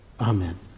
Amen